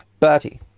Bertie